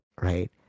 Right